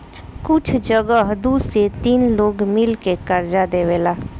कुछ जगह दू से तीन लोग मिल के कर्जा देवेला